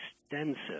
extensive